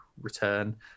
return